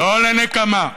לא לנקמה.